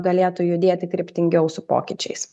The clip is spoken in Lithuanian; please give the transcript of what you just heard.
galėtų judėti kryptingiau su pokyčiais